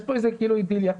יש כאן כאילו אידיליה.